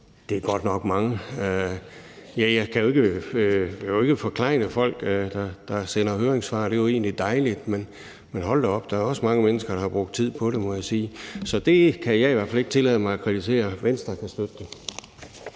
Det er godt nok mange. Jeg kan jo ikke forklejne folk, der sender høringssvar, for det er jo dejligt, men hold da op, der er også mange mennesker, der har brugt tid på det, må jeg sige. Så det kan jeg i hvert fald ikke tillade mig at kritisere. Venstre kan støtte